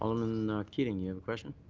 alderman ah keating, you have a question?